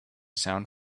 sound